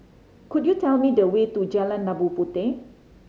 could you tell me the way to Jalan Labu Puteh